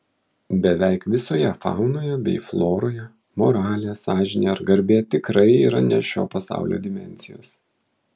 beveik visoje faunoje bei floroje moralė sąžinė ar garbė tikrai yra ne šio pasaulio dimensijos